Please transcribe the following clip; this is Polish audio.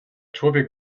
człowiek